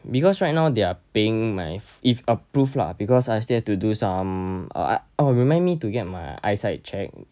because right now they're paying my if approve lah because I still have to do some oh ah remind me to get my eyesight check